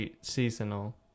seasonal